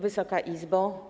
Wysoka Izbo!